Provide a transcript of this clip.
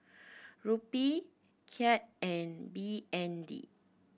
Rupee Kyat and B N D